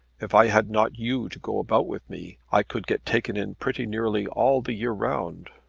if i had not you to go about with me i could get taken in pretty nearly all the year round.